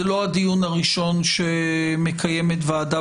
זה לא הדיון הראשון שמקיימת ועדה